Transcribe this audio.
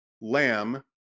Lamb